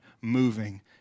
moving